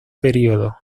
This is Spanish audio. período